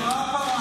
פרה פרה.